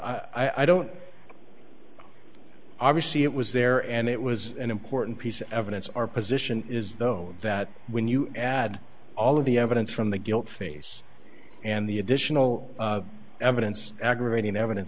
know i don't obviously it was there and it was an important piece of evidence our position is though that when you add all of the evidence from the guilt phase and the additional evidence aggravating